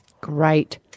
Great